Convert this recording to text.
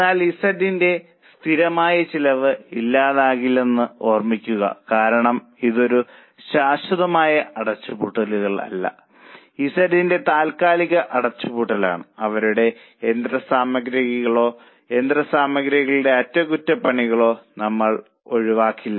എന്നാൽ Z ന്റെ സ്ഥിരമായ ചിലവ് ഇല്ലാതാകില്ലെന്ന് ഓർമ്മിക്കുക കാരണം ഇത് ഒരു ശാശ്വതമായ അടച്ചുപൂട്ടൽ അല്ല Z ന്റെ താൽക്കാലിക അടച്ചുപൂട്ടൽ ആണ് അവരുടെ യന്ത്രസാമഗ്രികളോ യന്ത്രസാമഗ്രികളുടെ അറ്റകുറ്റപ്പണികളോ നമ്മൾ ഒഴിവാക്കില്ല